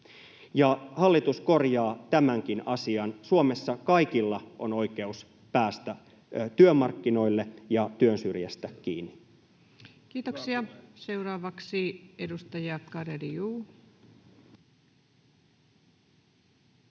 Hallitus korjaa tämänkin asian. Suomessa kaikilla on oikeus päästä työmarkkinoille ja työn syrjästä kiinni. Kiitoksia. — Seuraavaksi edustaja Garedew.